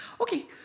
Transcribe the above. Okay